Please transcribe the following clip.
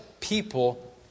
people